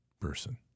person